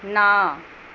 ਨਾ